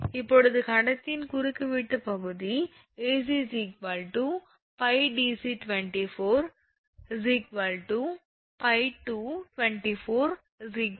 இப்போது கடத்தியின் குறுக்குவெட்டு பகுதி 𝐴𝑐 𝜋𝑑𝑐24 𝜋 24 3